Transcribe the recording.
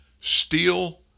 Steel